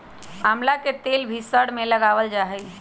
आमला के तेल भी सर में लगावल जा हई